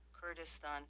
Kurdistan